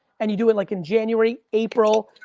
and you do it like in january, april,